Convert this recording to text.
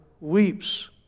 weeps